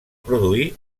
produir